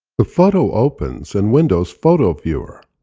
the photo opens in windows photo viewer.